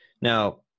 Now